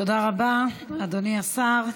תודה רבה, אדוני השר.